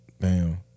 Bam